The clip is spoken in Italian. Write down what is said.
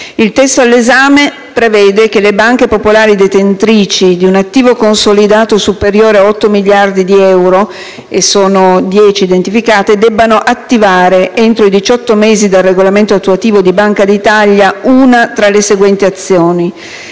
Il testo all'esame prevede che le banche popolari detentrici di un attivo consolidato superiore a 8 miliardi di euro - e ne sono state identificate dieci - debbano attivare, entro i 18 mesi dal regolamento attuativo di Banca d'Italia, una tra le seguenti azioni: